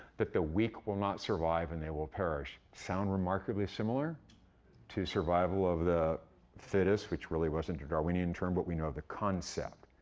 that the weak will not survive and they will perish. sound remarkably similar to survival of the fittest? which really wasn't a darwinian term but we know the concept.